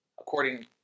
according